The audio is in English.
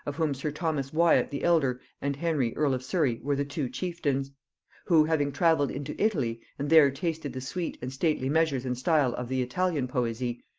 of whom sir thomas wyat the elder and henry earl of surry were the two chieftains who having travelled into italy, and there tasted the sweet and stately measures and style of the italian poesy,